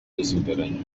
dusigaranye